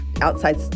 outside